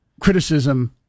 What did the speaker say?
criticism